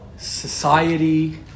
Society